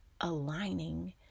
aligning